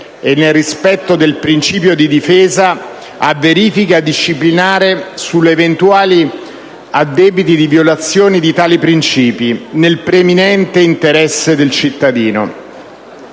e nel rispetto del principio di difesa, a verifica disciplinare sugli eventuali addebiti di violazioni di tali principi, nel preminente interesse del cittadino.